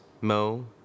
Mo